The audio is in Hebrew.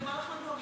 ואני אומר לך מדוע,